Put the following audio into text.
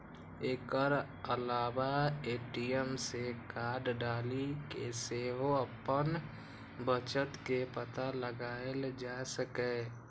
एकर अलावे ए.टी.एम मे कार्ड डालि कें सेहो अपन बचत के पता लगाएल जा सकैए